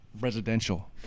residential